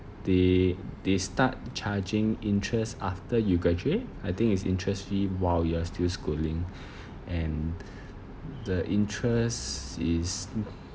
they they start charging interest after you graduate I think it's interest free while you're still schooling and the interest is